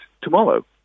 tomorrow